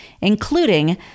including